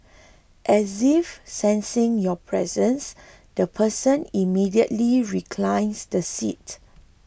as if sensing your presence the person immediately reclines the seat